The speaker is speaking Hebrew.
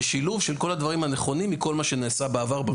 ושילוב של כל הדברים הנכונים מכל מה שנעשה בעבר.